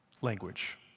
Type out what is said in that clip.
language